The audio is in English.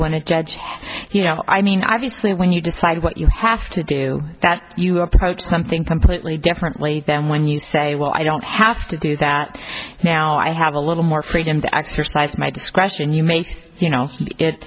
want to judge you know i mean obviously when you decide what you have to do that you approach something completely differently then when you say well i don't have to do that now i have a little more freedom to exercise my discretion you may think you know it